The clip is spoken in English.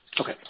Okay